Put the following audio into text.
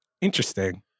Interesting